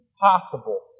possible